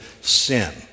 sin